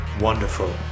wonderful